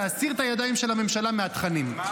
להסיר את הידיים של הממשלה מהתכנים.